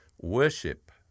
Worship